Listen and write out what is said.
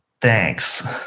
Thanks